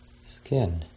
Skin